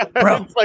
bro